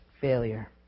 failure